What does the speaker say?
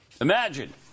Imagine